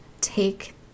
take